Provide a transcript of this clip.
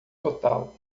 total